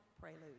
prelude